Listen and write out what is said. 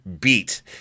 beat